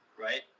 right